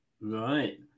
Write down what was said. Right